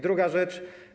Druga rzecz.